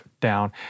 down